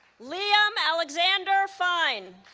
liam alexander fine